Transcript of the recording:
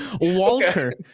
Walker